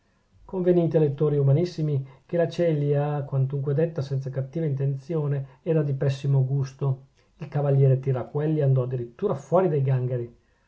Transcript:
convenite lettori umanissimi che la celia quantunque detta senza cattiva intenzione era di pessimo gusto il cavaliere tiraquelli andò a dirittura fuori dei gangheri